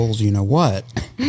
you-know-what